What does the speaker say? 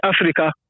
Africa